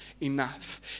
enough